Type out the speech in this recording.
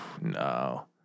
No